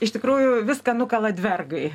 iš tikrųjų viską nukala dvergai